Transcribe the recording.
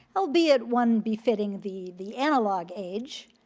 albeit one befitting the the analog age.